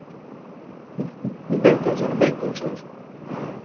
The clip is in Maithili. बिलकुल सर बिलकुल सर